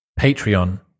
Patreon